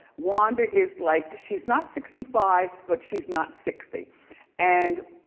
wanda is like, she's not sixty five, but she's not sixty and,